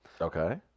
Okay